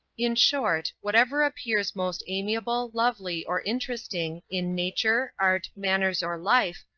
in short, whatever appears most amiable, lovely, or interesting in nature, art, manners, or life,